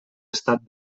estat